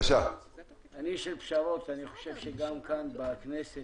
אני חושב שגם בגלל מה שקורה כאן בכנסת,